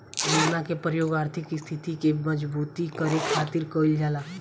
बीमा के प्रयोग आर्थिक स्थिति के मजबूती करे खातिर कईल जाला